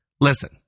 Listen